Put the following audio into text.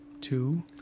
two